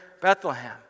Bethlehem